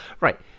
Right